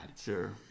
Sure